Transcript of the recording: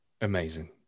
Amazing